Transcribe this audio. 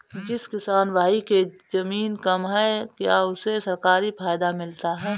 जिस किसान भाई के ज़मीन कम है क्या उसे सरकारी फायदा मिलता है?